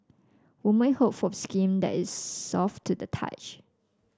woman hope for skin that is soft to the touch